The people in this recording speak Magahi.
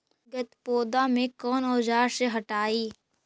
गत्पोदा के कौन औजार से हटायी?